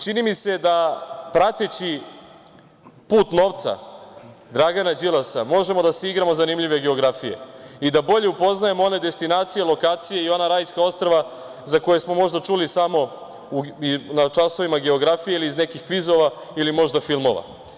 Čini mi se da prateći put novca Dragana Đilasa možemo da se igramo zanimljive geografije i da bolje upoznajemo one destinacije, lokacije i ona rajska ostrva za koje smo možda čuli samo na časovima geografije ili iz nekih kvizova ili možda filmova.